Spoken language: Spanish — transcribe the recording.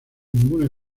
ninguna